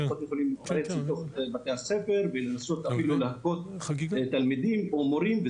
שיכולות לנסות להיכנס אחר כך לבתי הספר ואף להכות תלמידים ומורים.